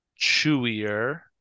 chewier